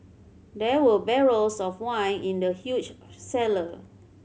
there were barrels of wine in the huge cellar